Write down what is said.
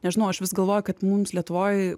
nežinau aš vis galvoju kad mums lietuvoj